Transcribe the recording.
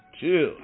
Chill